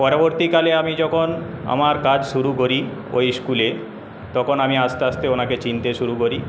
পরবর্তীকালে আমি যখন আমার কাজ শুরু করি ওই স্কুলে তখন আমি আস্তে আস্তে ওনাকে চিনতে শুরু করি